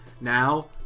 Now